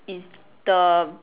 is the